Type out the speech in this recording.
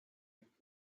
übt